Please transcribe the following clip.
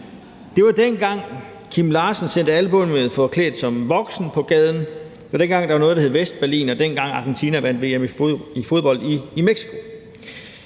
Det var, dengang Kim Larsen sendte albummet »Forklædt som voksen« på gaden, dengang der var noget, der hed Vestberlin, og dengang Argentina vandt EM i fodbold i Mexico.